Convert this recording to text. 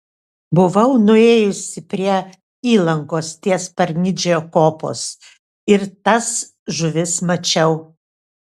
buvau nuėjusi prie įlankos ties parnidžio kopos ir tas žuvis mačiau